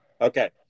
Okay